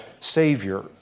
Savior